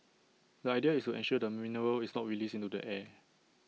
the idea is to ensure the mineral is not released into the air